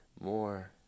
more